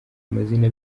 amazina